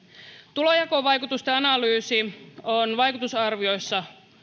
tulonjakovaikutusten analyysi on vaikutusarvioissa